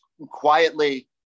quietly